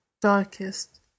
darkest